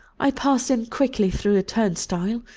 i passed in quickly through a turnstile,